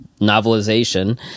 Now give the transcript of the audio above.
novelization